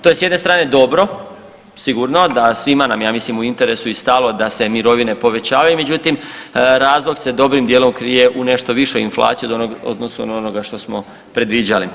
To je s jedne strane dobro, sigurno da svima nam je ja mislim u interesu i stalo da se mirovine povećavaju, međutim razlog se dobrim dijelom krije u nešto višoj inflaciji od onog, u odnosu na onoga što smo predviđali.